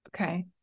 Okay